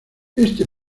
este